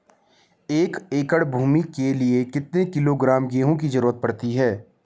एक एकड़ भूमि के लिए कितने किलोग्राम गेहूँ की जरूरत पड़ती है?